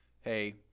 hey